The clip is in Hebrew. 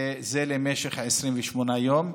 היא למשך 28 יום.